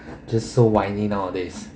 just so whiny nowadays